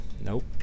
Nope